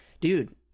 dude